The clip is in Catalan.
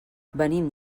venim